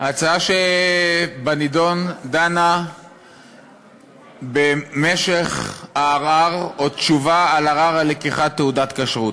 ההצעה שבנדון דנה במשך הערר או התשובה על ערר על לקיחת תעודת כשרות.